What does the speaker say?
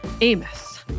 Amos